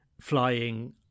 flying